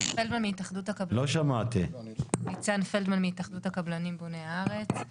אני מהתאחדות הקבלנים בוני הארץ.